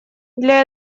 для